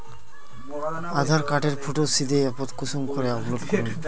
आधार कार्डेर फोटो सीधे ऐपोत कुंसम करे अपलोड करूम?